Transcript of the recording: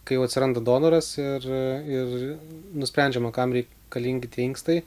kai atsiranda donoras ir nusprendžiama kam reikalingi tie inkstai